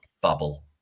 bubble